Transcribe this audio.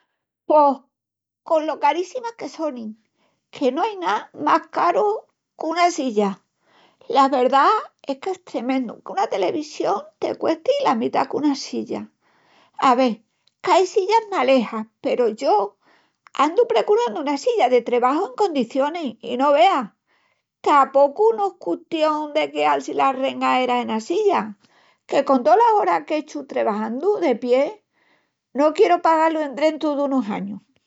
Pos con lo caríssimas que sonin, que no ai ná más caro qu'una silla. La verdá es qu'es tremendu que una telivisión te cuesti la metá qu'una silla. Ave, qu'ain sillas malejas peru yo andu precurandu una silla de trebaju en condicionis i no veas… tapocu no es custión de queal-si las rengaeras ena silla, que con tolas oras qu'echu trebajandu de pie no quieru pagá-lu endrentu dunus añus.